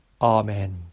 Amen